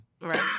Right